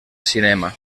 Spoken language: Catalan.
cinema